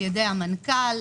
על-ידי המנכ"ל,